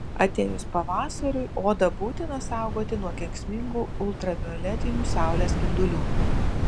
atėjus pavasariui odą būtina saugoti nuo kenksmingų ultravioletinių saulės spindulių